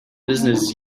business